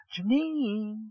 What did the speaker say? Janine